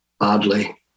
Oddly